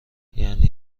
یعنی